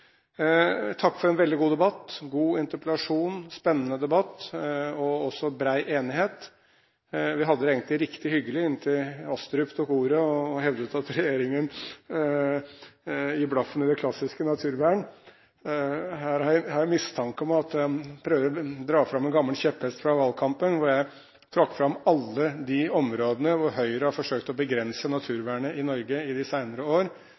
egentlig riktig hyggelig inntil Astrup tok ordet og hevdet at regjeringen gir blaffen i det klassiske naturvern. Her har jeg mistanke om at han prøver å dra fram en gammel kjepphest fra valgkampen, at jeg trakk fram alle de områdene der Høyre har forsøkt å begrense naturvernet i Norge i de senere år.